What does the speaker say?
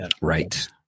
Right